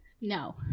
No